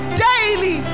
daily